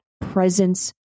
presence